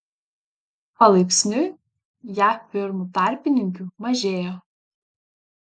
palaipsniui jav firmų tarpininkių mažėjo